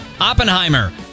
Oppenheimer